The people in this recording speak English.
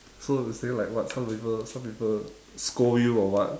so you say like what some people some people scold you or what